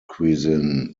cuisine